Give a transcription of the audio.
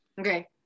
Okay